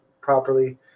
properly